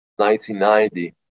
1990